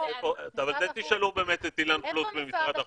--- את זה תשאלו את אילן פלוס ממשרד החוץ.